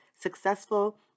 successful